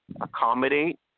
accommodate